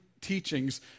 teachings